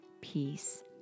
Peace